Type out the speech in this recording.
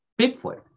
Bigfoot